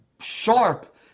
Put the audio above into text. sharp